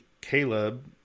Caleb